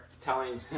telling